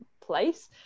place